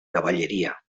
cavalleria